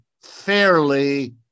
fairly